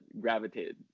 gravitated